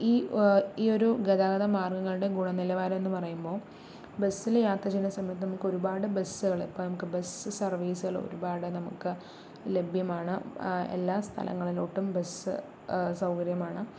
ഈ ഈയൊരു ഗതാഗത മാര്ഗ്ഗങ്ങളുടെ ഗുണനിലവാരം എന്ന് പറയുമ്പോള് ബസ്സില് യാത്രചെയ്യുന്ന സമയത്ത് നമുക്കൊരുപാട് ബസ്സുകള് ഇപ്പോൾ നമുക്ക് ബസ്സു സര്വീസുകള് ഒരുപാട് നമുക്ക് ലഭ്യമാണ് എല്ലാ സ്ഥലങ്ങളിലോട്ടും ബസ്സ് സൗകര്യമാണ്